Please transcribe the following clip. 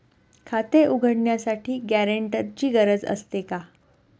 खाते उघडण्यासाठी गॅरेंटरची गरज असते का?